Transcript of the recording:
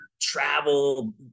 travel